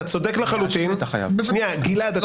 אנחנו לא